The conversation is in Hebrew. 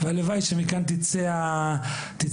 הלוואי שמכאן תצא הבשורה.